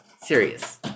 serious